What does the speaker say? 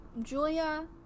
Julia